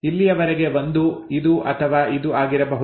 ಇಲ್ಲಿಯವರೆಗೆ 1 ಇದು ಅಥವಾ ಇದು ಆಗಿರಬಹುದು